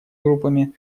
группами